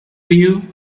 you